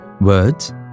Words